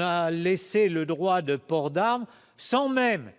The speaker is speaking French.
a laissé le droit de port d'arme sans même